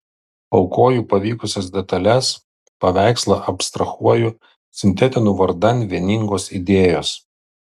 aukoju pavykusias detales paveikslą abstrahuoju sintetinu vardan vieningos idėjos